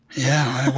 yeah,